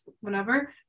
whenever